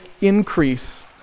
increase